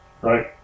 right